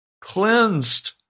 cleansed